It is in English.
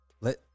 let